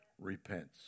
repents